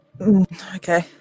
Okay